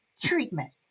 treatment